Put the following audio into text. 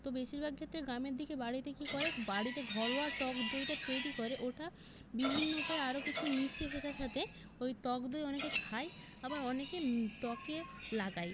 তো বেশিরভাগ ক্ষেত্রে গ্রামের দিকে বাড়িতে কি করে বাড়িতে ঘরোয়া টক দইটা তৈরি করে ওটা বিভিন্ন উপায়ে আরো কিছু মিশিয়ে সেটার সাথে ওই টক দই অনেকে খায় আবার অনেকে ত্বকে লাগায়